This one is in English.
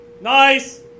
Nice